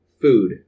food